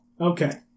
Okay